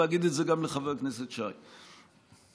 ואגיד את זה גם לחבר הכנסת שי: תראו,